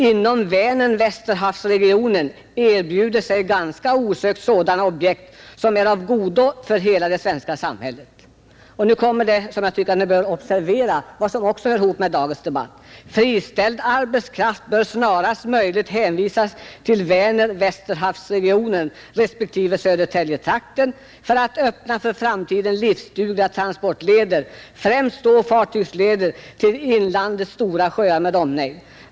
Inom Väner-Västerhavsregionen erbjuder sig ganska osökt sådana objekt som är av godo för hela det svenska samhället.” Vad som sedan kommer tycker jag ni bör observera, ty det hör också ihop med dagens debatt: ”Friställd arbetskraft bör snarast möjligt hänvisas till Väner—Västerhavsregionen respektive Södertäljetrakten för att öppna för framtiden livsdugliga transportleder, främst då fartygsleder till inlandets stora sjöar med omnejd.